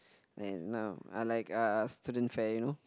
and uh I like uh student fare you know